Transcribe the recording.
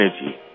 energy